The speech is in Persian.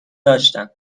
داشتم